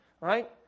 right